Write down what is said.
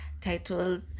titles